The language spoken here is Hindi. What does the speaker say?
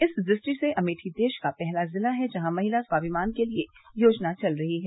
इस दृष्टि से अमेठी देश का पहला जिला है जहां महिला स्वाभिमान के लिए योजना चल रही है